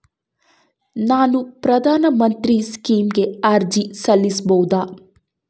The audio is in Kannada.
ನಾನು ಪ್ರಧಾನ ಮಂತ್ರಿ ಸ್ಕೇಮಿಗೆ ಅರ್ಜಿ ಹಾಕಬಹುದಾ?